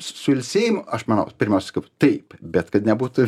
su ilsėjimu aš manau pirmiausia kad taip bet kad nebūtų